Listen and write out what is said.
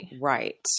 Right